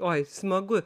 oi smagu